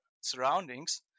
surroundings